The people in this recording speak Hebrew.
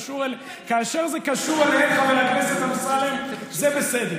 כאשר זה קשור אליהם, חבר הכנסת אמסלם, זה בסדר.